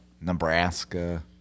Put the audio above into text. Nebraska